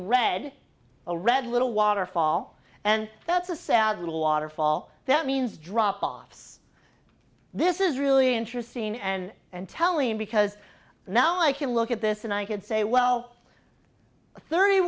a red little waterfall and that's a sad little waterfall that means dropoffs this is really interesting and and telling because now i can look at this and i could say well thirty